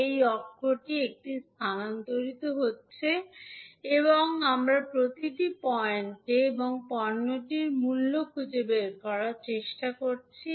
এই অক্ষটি স্থানান্তরিত হচ্ছে এবং আমরা প্রতিটি পয়েন্টে পণ্যটির মূল্য খুঁজে বের করার চেষ্টা করছি